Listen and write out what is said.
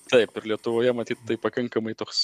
taip ir lietuvoje matyt tai pakenkimai toks